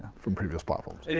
from previous platforms. it